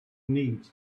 needs